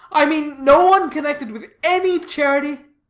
i mean, no one connected with any charity?